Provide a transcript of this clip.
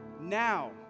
now